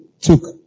took